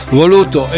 voluto